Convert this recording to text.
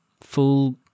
Full